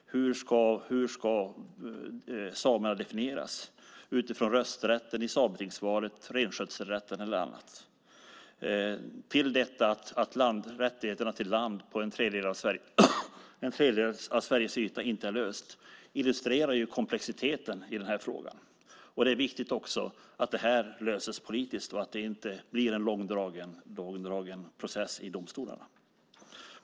Hur ska samerna definieras? Utifrån rösträtten i sametingsvalet, renskötselrätten eller annat? Att rättigheterna till land på en tredjedel av Sveriges yta inte är lösta illustrerar komplexiteten i frågan. Det är också viktigt att detta löses politiskt och att det inte blir en långdragen process i domstolarna.